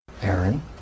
Aaron